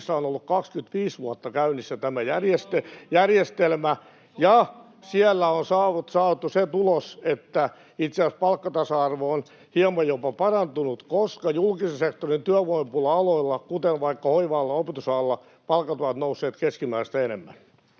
järjestelmä, [Antti Kurvinen: Eri malli!] ja siellä on saatu se tulos, että itse asiassa palkkatasa-arvo on jopa hieman parantunut, koska julkisen sektorin työvoimapula-aloilla, kuten vaikka hoiva-alalla ja opetusalalla, palkat ovat nousseet keskimääräistä enemmän.